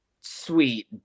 sweet